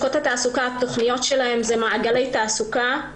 התוכניות שלהן הן "מעגלי תעסוקה",